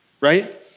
Right